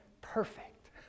perfect